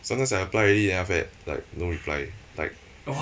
sometimes I apply already then after that like no reply like